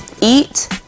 eat